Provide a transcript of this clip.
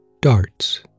darts